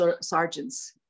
Sergeant's